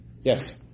Yes